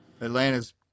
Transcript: Atlanta's